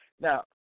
Now